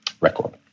record